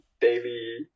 daily